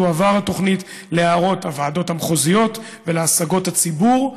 תועבר התוכנית להערות הוועדות המחוזיות ולהשגות הציבור,